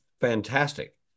fantastic